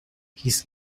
his